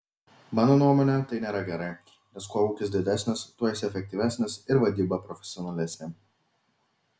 mano nuomone tai nėra gerai nes kuo ūkis didesnis tuo jis efektyvesnis ir vadyba profesionalesnė